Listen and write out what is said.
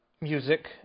music